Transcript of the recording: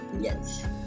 yes